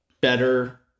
better